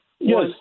Yes